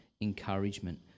encouragement